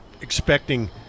expecting